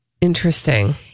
Interesting